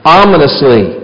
ominously